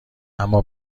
اما